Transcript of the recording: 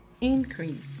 increase